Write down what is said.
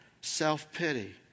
self-pity